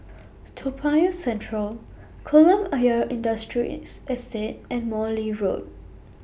Toa Payoh Central Kolam Ayer Industrial Estate and Morley Road